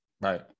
Right